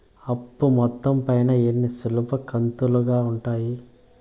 అప్పు మొత్తం పైన ఎన్ని సులభ కంతులుగా ఉంటాయి?